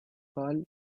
pâle